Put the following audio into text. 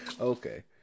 Okay